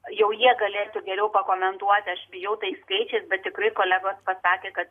jau jie galėtų geriau pakomentuoti aš bijau tais skaičiais bet tikrai kolegos pasakė kad